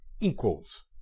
equals